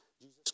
Jesus